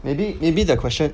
maybe maybe the question